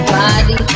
body